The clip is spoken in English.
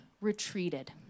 retreated